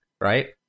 right